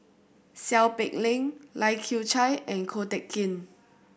Seow Peck Leng Lai Kew Chai and Ko Teck Kin